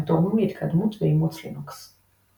הם תורמים להתקדמות ואימוץ לינוקס.